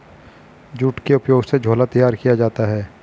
jute के उपयोग से झोला तैयार किया जाता है